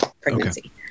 pregnancy